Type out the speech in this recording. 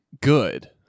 good